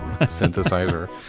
synthesizer